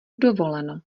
dovoleno